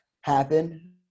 happen